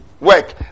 work